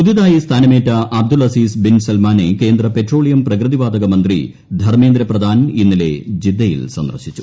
പുതിയതായി സ്ഥാനമേറ്റ Abdul Aziz bin സൽമാനെ കേന്ദ്ര പെട്രോളിയം പ്രകൃതിവാതക മന്ത്രി ധർമ്മേന്ദ്ര പ്രധാൻ ഇന്നലെ ജിദ്ദയിൽ സന്ദർശിച്ചു